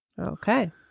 Okay